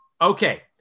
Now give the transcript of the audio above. Okay